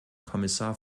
kommissar